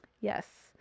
Yes